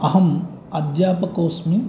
अहम् अध्यापकोऽस्मि